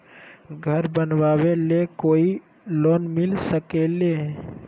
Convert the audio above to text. घर बनावे ले कोई लोनमिल सकले है?